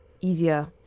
Easier